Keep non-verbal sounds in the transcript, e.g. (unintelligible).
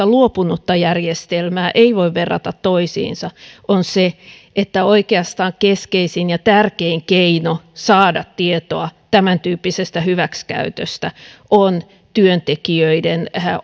(unintelligible) luopunutta järjestelmää ei voi verrata toisiinsa on se että oikeastaan keskeisin ja tärkein keino saada tietoa tämäntyyppisestä hyväksikäytöstä on työntekijöiden